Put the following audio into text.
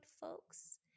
folks